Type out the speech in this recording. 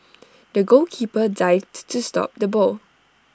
the goalkeeper dived to stop the ball